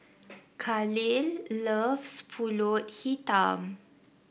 Kahlil loves pulut Hitam